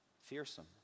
Fearsome